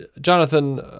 Jonathan